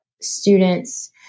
students